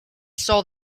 saw